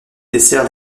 dessert